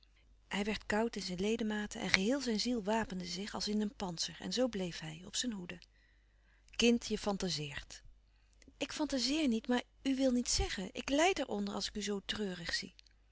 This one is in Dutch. hij werd koud in zijn ledematen en geheel zijn ziel wapende zich als in een pantser en zoo bleef hij op zijn hoede kind je fantazeert ik fantazeer niet maar u wil niet zeggen ik lijd er onder als ik u zoo treurig zie